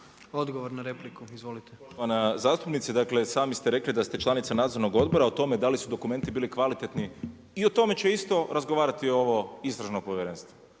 Davor (SDP)** Hvala zastupnice. Dakle, sami ste rekli da ste članica Nadzornog odbora. O tome da li su dokumenti bili kvalitetni i o tome će isto razgovarati ovo istražno povjerenstvo.